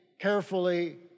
carefully